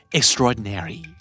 extraordinary